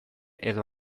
edo